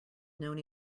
known